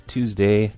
Tuesday